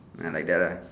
ah like that lah